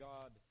God